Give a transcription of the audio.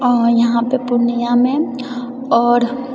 आओर इहाँ पर पूर्णियामे आओर